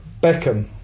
Beckham